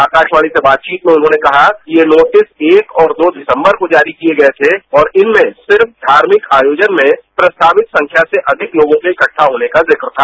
आकाशवाणी से बातचीत में उन्होंने कहा कि यह नोटिस एक और दो दिसंबर को जारी किये गए थे और इनमें सिर्ण धार्मिक आयोजन में प्रस्तावित संख्या से अधिक लोगों के इकठ्ठा होने का जिक्र था